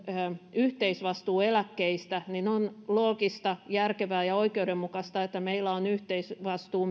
yhteisvastuu eläkkeistä on loogista järkevää ja oikeudenmukaista että meillä on yhteisvastuu